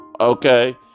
Okay